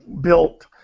built